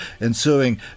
ensuing